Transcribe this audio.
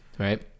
Right